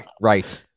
Right